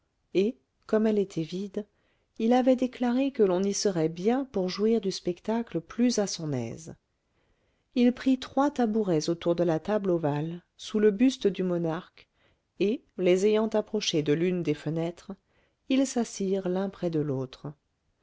et comme elle était vide il avait déclaré que l'on y serait bien pour jouir du spectacle plus à son aise il prit trois tabourets autour de la table ovale sous le buste du monarque et les ayant approchés de l'une des fenêtres ils s'assirent l'un près de l'autre